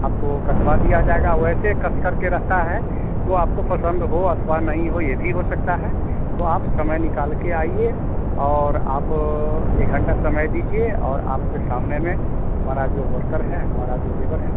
आपको कसवा दिया जाएगा वैसे कस कर के रहता है तो आपको पसंद हो अथवा नहीं हो ये भी हो सकता है तो आप समय निकाल के आइए और आप एक घंटा समय दीजिए और आपके सामने में हमारा जो वर्कर है हमारा जो लेबर है